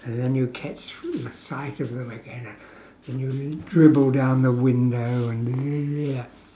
and then you catch sight of them again and then you dribble down the window and